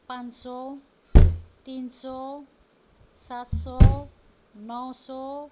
पान सय तिन सय सात सय नौ सय